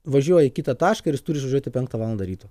važiuoja į kitą tašką ir jis turi išvažiuoti penktą valandą ryto